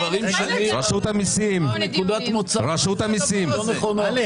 זאת נקודת מוצא לא נכונה.